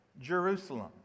Jerusalem